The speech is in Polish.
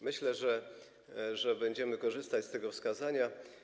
Myślę, że będziemy korzystać z tego wskazania.